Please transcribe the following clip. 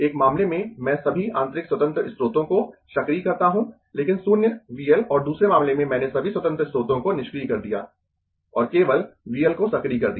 एक मामले में मैं सभी आंतरिक स्वतंत्र स्रोतों को सक्रिय करता हूं लेकिन शून्य V L और दूसरे मामले में मैंने सभी स्वतंत्र स्रोतों को निष्क्रिय कर दिया और केवल V L को सक्रिय कर दिया